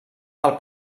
del